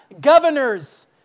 governors